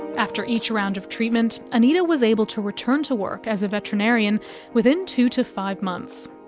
after each round of treatment, anita was able to return to work as a veterinarian within two to five months.